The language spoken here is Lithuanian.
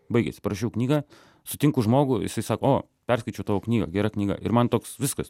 baigėsi parašiau knygą sutinku žmogų jisai sak o perskaičiau tavo knygą gera knyga ir man toks viskas